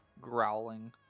growling